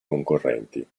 concorrenti